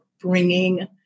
bringing